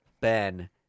ben